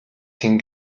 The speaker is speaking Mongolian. хэн